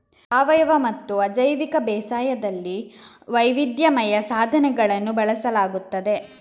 ಸಾವಯವಮತ್ತು ಅಜೈವಿಕ ಬೇಸಾಯದಲ್ಲಿ ವೈವಿಧ್ಯಮಯ ಸಾಧನಗಳನ್ನು ಬಳಸಲಾಗುತ್ತದೆ